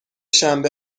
شنبه